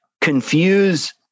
confuse